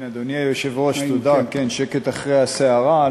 אדוני היושב-ראש, תודה, כן, שקט אחרי הסערה.